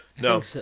No